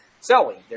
selling